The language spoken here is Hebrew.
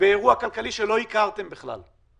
באירוע כלכלי שלא הכרתם בכלל,